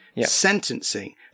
sentencing